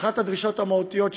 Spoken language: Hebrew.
אחת הדרישות המהותיות,